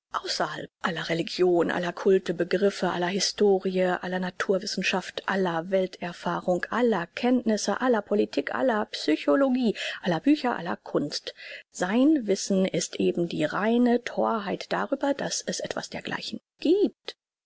außerhalb aller religion aller cult begriffe aller historie aller naturwissenschaft aller welt erfahrung aller kenntnisse aller politik aller psychologie aller bücher aller kunst sein wissen ist eben die reine thorheit darüber daß es etwas dergleichen giebt